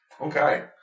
okay